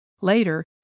Later